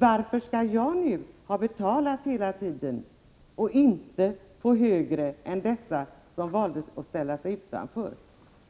Varför har jag fått betala hela tiden utan att få högre ATP än de som valde att ställa sig utanför?